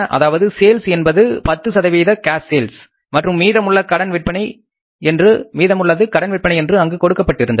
அதாவது சேல்ஸ் என்பது 10 cash sales மற்றும் மீதமுள்ளது கடன் விற்பனை என்று அங்கு கொடுக்கப்பட்டிருந்தது